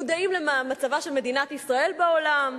מודעים למצבה של מדינת ישראל בעולם,